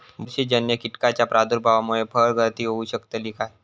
बुरशीजन्य कीटकाच्या प्रादुर्भावामूळे फळगळती होऊ शकतली काय?